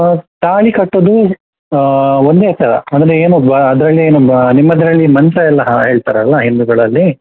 so ತಾಳಿ ಕಟ್ಟುದು ಒಂದೇ ಸಲ ಅಂದರೆ ಏನು ಬ ಅದ್ರಲ್ಲಿ ಏನು ಬ ನಿಮ್ಮದರಲ್ಲಿ ಮಂತ್ರ ಎಲ್ಲ ಹಾಂ ಹೇಳ್ತಾರಲ್ಲ ಹಿಂದೂಗಳಲ್ಲಿ